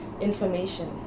information